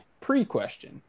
pre-question